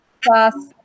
class